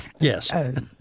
Yes